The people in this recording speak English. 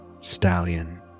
stallion